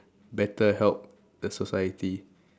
better help the society